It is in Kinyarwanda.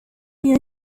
iyo